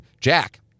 Jack